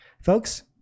Folks